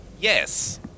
Yes